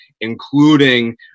including